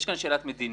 יש כאן שאלת מדיניות,